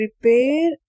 prepare